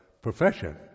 profession